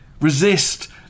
Resist